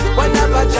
Whenever